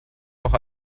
noch